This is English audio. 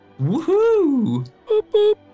Woohoo